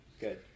Good